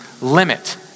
limit